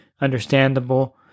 understandable